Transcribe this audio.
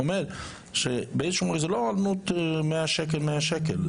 זה לא 100 שקלים מול 100 שקלים,